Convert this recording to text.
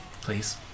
please